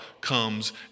comes